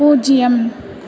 பூஜ்ஜியம்